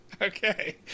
Okay